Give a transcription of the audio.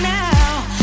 now